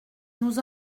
nous